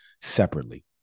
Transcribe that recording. separately